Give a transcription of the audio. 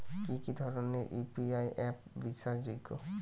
কি কি ধরনের ইউ.পি.আই অ্যাপ বিশ্বাসযোগ্য?